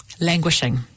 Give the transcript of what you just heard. languishing